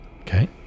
Okay